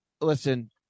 Listen